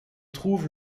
trouve